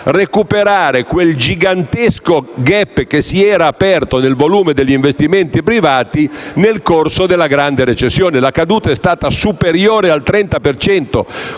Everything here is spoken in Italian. recuperare quel gigantesco *gap* che si era aperto nel volume degli investimenti privati nel corso della grande recessione. La caduta è stata superiore al 30